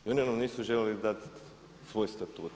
I oni nam nisu željeli dati svoj statut.